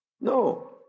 No